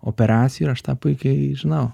operaciją ir aš tą puikiai žinau